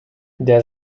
der